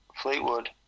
Fleetwood